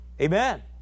Amen